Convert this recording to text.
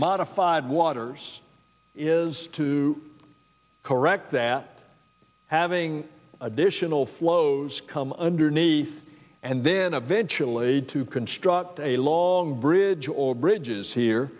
modified why orders is to correct that having additional flows come underneath and then eventually to construct a long bridge or bridges here